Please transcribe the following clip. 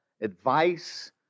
advice